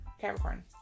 Capricorn